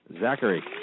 Zachary